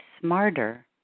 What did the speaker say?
smarter